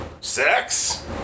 sex